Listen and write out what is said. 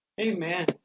Amen